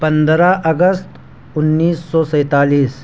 پندرہ اگست انیس سو سینتالیس